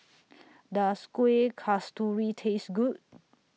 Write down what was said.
Does Kuih Kasturi Taste Good